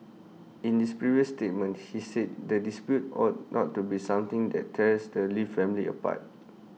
in this previous statement he said the dispute ought not to be something that tears the lee family apart